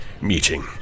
meeting